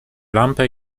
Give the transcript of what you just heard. lampę